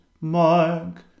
mark